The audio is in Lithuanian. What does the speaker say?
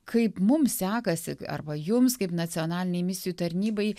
kaip mums sekasi arba jums kaip nacionalinei misijų tarnybai